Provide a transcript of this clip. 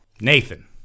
Nathan